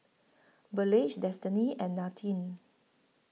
Burleigh Destiney and Nadine